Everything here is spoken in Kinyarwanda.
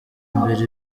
imbere